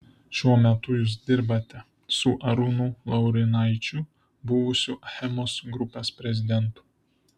šiuo metu jūs dirbate su arūnu laurinaičiu buvusiu achemos grupės prezidentu